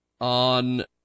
on